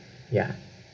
ya